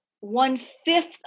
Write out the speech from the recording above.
one-fifth